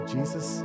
Jesus